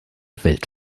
welt